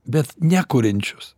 bet nekuriančius